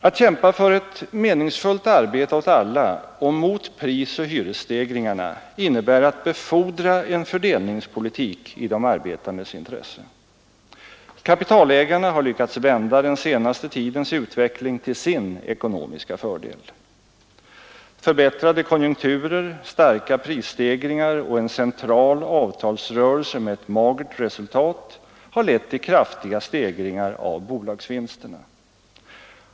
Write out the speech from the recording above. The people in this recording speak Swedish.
Att kämpa för ett meningsfullt arbete åt alla och mot prisoch hyresstegringarna innebär att befordra en fördelningspolitik i de arbetandes intresse. Kapitalägarna har lyckats vända den senaste tidens utveckling till sin ekonomiska fördel. Förbättrade konjunkturer, starka prisstegringar och en central avtalsrörelse med ett magert resultat har lett till kraftiga stegringar av bolagsvinsterna.